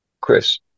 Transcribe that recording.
Chris